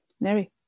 Mary